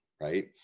right